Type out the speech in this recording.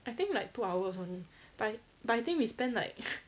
I think like two hours only but but I think we spent like